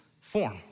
form